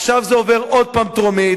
עכשיו זה עובר עוד פעם בטרומית,